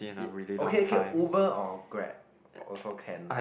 ye~ okay okay Uber or Grab also can like